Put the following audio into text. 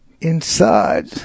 inside